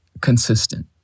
consistent